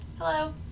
Hello